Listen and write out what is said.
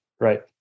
right